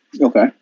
Okay